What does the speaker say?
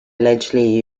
allegedly